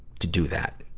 to do that.